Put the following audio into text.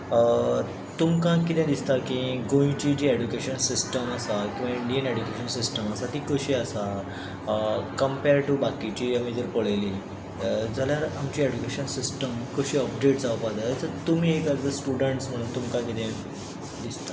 तुमकां कितें दिसता की गोंयची जी एड्युकेशन सिस्टम आसा मैन एड्युकेशन सिस्टम आसा ती कशी आसा क्मपेरड टू बाकीची आमी जर पळयली जाल्यार आमची एड्युकेशन सिस्टम कशी अपग्रेड जावपाक जाय तुमी एस अ स्टुडंट म्हणून तुमकां कितें दिसता